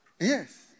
Yes